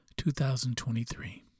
2023